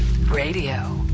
Radio